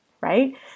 Right